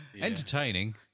Entertaining